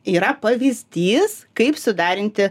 yra pavyzdys kaip suderinti